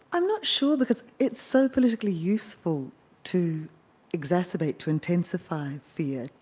i'm not sure, because it's so politically useful to exacerbate, to intensify fear.